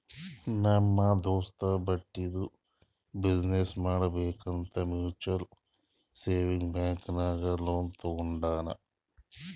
ನಮ್ ದೋಸ್ತ ಬಟ್ಟಿದು ಬಿಸಿನ್ನೆಸ್ ಮಾಡ್ಬೇಕ್ ಅಂತ್ ಮ್ಯುಚುವಲ್ ಸೇವಿಂಗ್ಸ್ ಬ್ಯಾಂಕ್ ನಾಗ್ ಲೋನ್ ತಗೊಂಡಾನ್